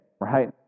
right